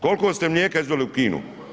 Koliko ste mlijeka izveli u Kinu?